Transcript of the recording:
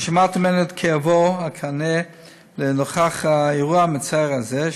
ושמעתי ממנו את כאבו הכן נוכח האירוע המצער הזה,